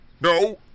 No